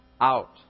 out